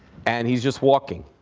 and he's just walking.